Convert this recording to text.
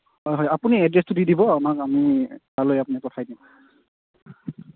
হয় হয় আপুনি এড্ৰেছটো দি দিব আমাক আমি তালৈ আপুনি পঠাই দিম